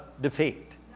defeat